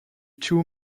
two